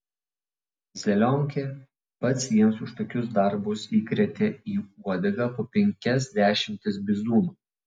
zelionkė pats jiems už tokius darbus įkrėtė į uodegą po penkias dešimtis bizūnų